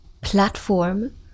platform